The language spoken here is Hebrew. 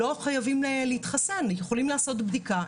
לא חייבים להתחסן, יכולים לעשות בדיקה.